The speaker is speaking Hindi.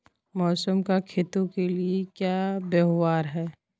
मौसम का खेतों के लिये क्या व्यवहार है?